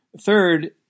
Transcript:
Third